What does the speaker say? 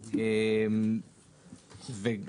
(ב)(1)".